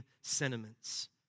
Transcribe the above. sentiments